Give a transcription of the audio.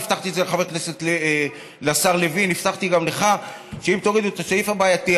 הבטחתי לשר לוין והבטחתי גם לך שאם תורידו את הסעיף הבעייתי,